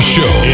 Show